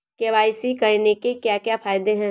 KYC करने के क्या क्या फायदे हैं?